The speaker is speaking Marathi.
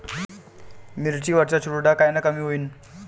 मिरची वरचा चुरडा कायनं कमी होईन?